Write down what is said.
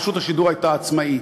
רשות השידור הייתה עצמאית.